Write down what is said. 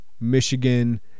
Michigan